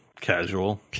casual